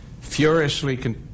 furiously